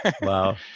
wow